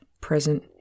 present